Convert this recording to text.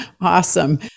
Awesome